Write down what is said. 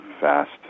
fast